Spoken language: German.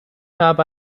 habe